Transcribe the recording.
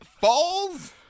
Falls